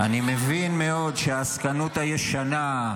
אני מבין מאוד שהעסקנות הישנה,